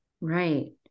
Right